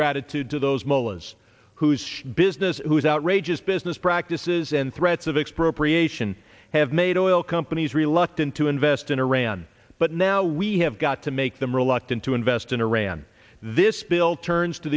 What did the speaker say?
gratitude to those mullahs whose business whose outrageous business practices and threats of expropriation have made oil companies reluctant to invest in iran but now we have got to make them reluctant to invest in iran this bill turns to